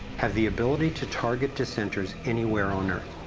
have the ability to target dissenters anywhere on earth.